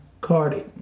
Cardi